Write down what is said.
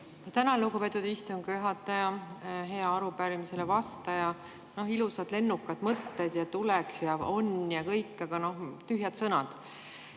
Tänan, lugupeetud istungi juhataja! Hea arupärimisele vastaja! Noh, ilusad lennukad mõtted, et tuleks ja on ja kõik – aga tühjad sõnad.